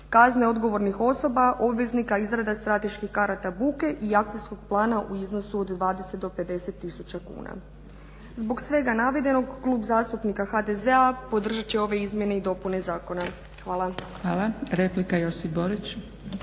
kazne odgovornih osoba, obveznika, izrada strateških karata buke i akcijskog plana u iznosu od 20 do 50 tisuća kuna. Zbog svega navedenog Klub zastupnika HDZ-a podržati će ove izmjene i dopune Zakona. Hvala. **Zgrebec,